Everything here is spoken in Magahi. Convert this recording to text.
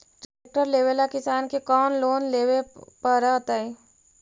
ट्रेक्टर लेवेला किसान के कौन लोन लेवे पड़तई?